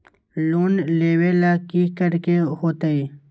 Loan लेवेला की करेके होतई?